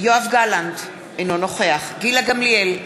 יואב גלנט, אינו נוכח גילה גמליאל,